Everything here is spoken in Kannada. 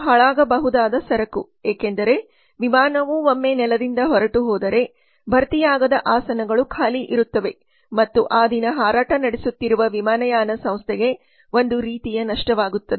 ಇದು ಹಾಳಾಗಬಹುದಾದ ಸರಕು ಏಕೆಂದರೆ ವಿಮಾನವು ಒಮ್ಮೆ ನೆಲದಿಂದ ಹೊರಟುಹೋದರೆ ಭರ್ತಿಯಾಗದ ಆಸನಗಳು ಖಾಲಿ ಇರುತ್ತವೆ ಮತ್ತು ಆ ದಿನ ಹಾರಾಟ ನಡೆಸುತ್ತಿರುವ ವಿಮಾನಯಾನ ಸಂಸ್ಥೆಗೆ ಒಂದು ರೀತಿಯ ನಷ್ಟವಾಗುತ್ತದೆ